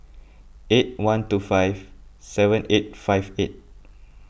eight one two five seven eight five eight